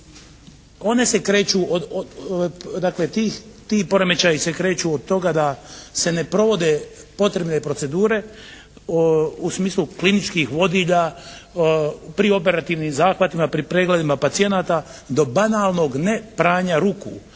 One se kreću od tih, dakle ti poremećaji se kreću od toga da se ne provode potrebne procedure u smislu kliničkih vodilja pri operativnim zahvatima, pri pregledima pacijenata do banalnog ne pranja ruku